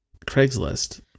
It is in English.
Craigslist